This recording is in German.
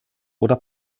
oder